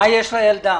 הילדה